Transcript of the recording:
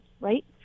right